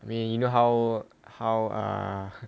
I mean you know how how ah